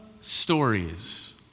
stories